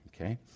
Okay